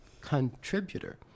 contributor